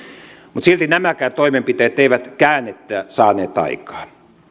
mutta silti nämäkään toimenpiteet eivät käännettä saaneet aikaan